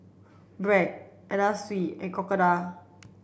Bragg Anna Sui and Crocodile